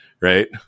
right